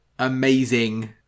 amazing